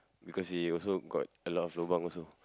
because we also got a lot of lobang also